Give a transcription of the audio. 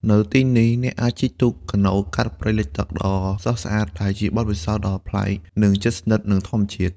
នៅទីនេះ អ្នកអាចជិះទូកកាណូតកាត់ព្រៃលិចទឹក ដ៏ស្រស់ស្អាត ដែលជាបទពិសោធន៍ដ៏ប្លែក និងជិតស្និទ្ធនឹងធម្មជាតិ។